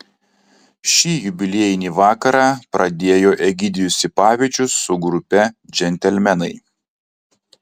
šį jubiliejinį vakarą pradėjo egidijus sipavičius su grupe džentelmenai